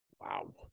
Wow